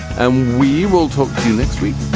and we will talk to you next week.